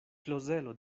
klozelo